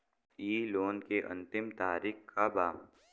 इ लोन के अन्तिम तारीख का बा?